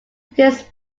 his